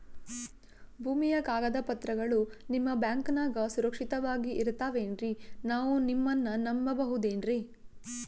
ಭೂಮಿಯ ಕಾಗದ ಪತ್ರಗಳು ನಿಮ್ಮ ಬ್ಯಾಂಕನಾಗ ಸುರಕ್ಷಿತವಾಗಿ ಇರತಾವೇನ್ರಿ ನಾವು ನಿಮ್ಮನ್ನ ನಮ್ ಬಬಹುದೇನ್ರಿ?